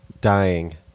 dying